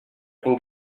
can